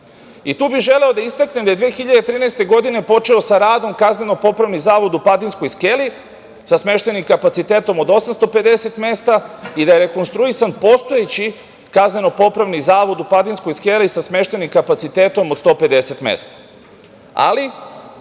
bih želeo da istaknem da je 2013. godine počeo sa radom Kazneno-popravni zavod u Padinskoj skeli, sa smeštajnim kapacitetom od 850 mesta, i da je rekonstruisan postojeći Kazneno-popravni zavod u Padinskoj skeli, sa smeštajnim kapacitetom od 150 mesta. Ali,